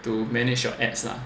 to manage your ads lah